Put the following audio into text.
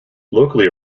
locally